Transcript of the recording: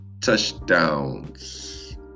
touchdowns